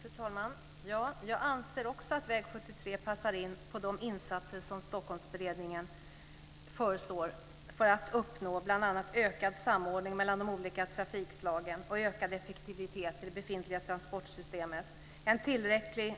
Fru talman! Jag anser också att väg 73 passar in i de insatser som Stockholmsberedningen föreslår för att bl.a. uppnå ökad samordning mellan de olika trafikslagen och ökad effektivitet i det befintliga transportsystemet. Det handlar också om tillräcklig